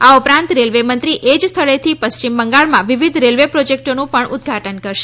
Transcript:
આ ઉપરાંત રેલવે મંત્રી એ જ સ્થળેથી પશ્ચિમ બંગાળમાં વિવિધ રેલવે પ્રોજેક્ટોનું પણ ઉદઘાટન કરશે